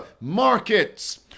Markets